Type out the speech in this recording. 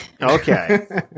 Okay